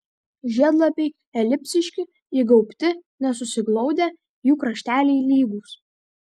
žiedlapiai elipsiški įgaubti nesusiglaudę jų krašteliai lygūs